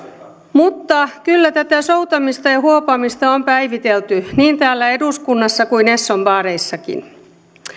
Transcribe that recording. mutta kyllä tätä soutamista ja huopaamista on päivitelty niin täällä eduskunnassa kuin esson baareissakin